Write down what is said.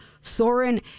Soren